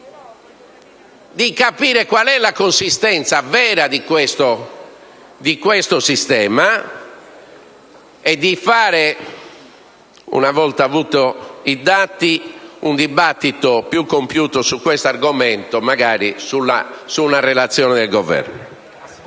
capire qual è la consistenza vera di questo sistema e, una volta avuti i dati, fare un dibattito più compiuto su questo argomento (magari su una relazione del Governo).